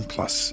Plus